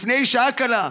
לפני שעה קלה,